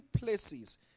places